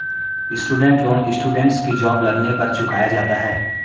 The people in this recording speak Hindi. स्टूडेंट लोन स्टूडेंट्स की जॉब लगने पर चुकाया जाता है